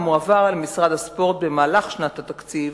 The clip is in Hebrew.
המועבר אל משרד הספורט במהלך שנת התקציב